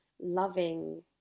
loving